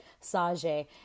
sage